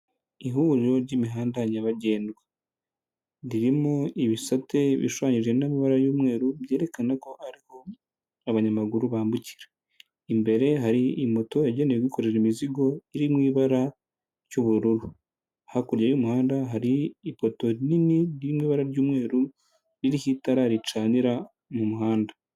Ihuriro ry'imihanda nyabagendwa, ririmo ibisate bishushanyije n'amabara y'umweru byerekana abanyamaguru ariho bambukira, imbere hari imoto yagenewe kwikorera imizigo iri mu ibara ry'ubururu, hakurya y'umuhanda hari ipoto rinini riri mu ibara ry'umweru ririho itara ricanira mu muhanda.